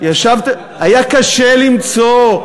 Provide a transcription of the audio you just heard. אמרנו, ישבתם, היה קשה למצוא.